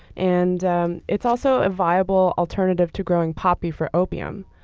and um it's also a viable alternative to growing poppy for opium,